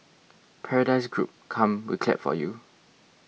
Paradise Group come we clap for you